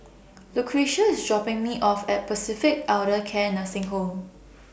Lucretia IS dropping Me off At Pacific Elder Care Nursing Home